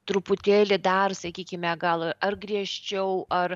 truputėlį dar sakykime gal ar griežčiau ar